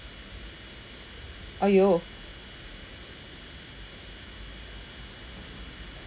!aiyo!